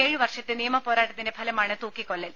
ഏഴു വർഷത്തെ നിയമപോരാട്ടത്തിന്റെ ഫലമാണ് തൂക്കിക്കൊല്ലൽ